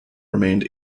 remained